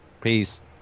Peace